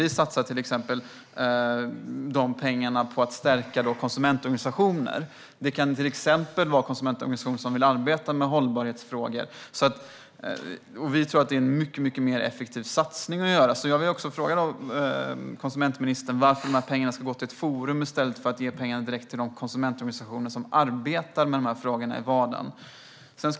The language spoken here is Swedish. Vi satsar de pengarna på att exempelvis stärka konsumentorganisationer. Det kan handla om konsumentorganisationer som vill arbeta med hållbarhetsfrågor. Det tror vi är en mycket effektivare satsning. Jag vill därför fråga konsumentministern varför pengarna ska gå till ett forum i stället för att ge dem direkt till de konsumentorganisationer som arbetar med frågorna i vardagen.